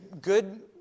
good